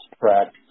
track